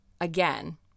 again